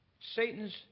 Satan's